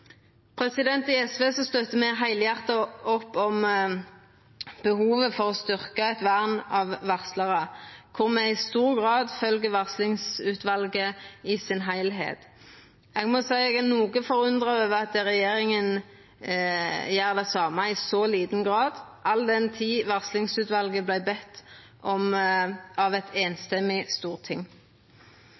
I SV støttar me heilhjarta opp om behovet for å styrkja vernet av varslarar, og i stor grad følgjer me varslingsutvalet i si heilheit. Eg må seia eg er noko forundra over at regjeringa i så liten grad gjer det same, all den tid det vart bedt om det av eit samrøystes storting.